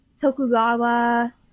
Tokugawa